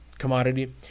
commodity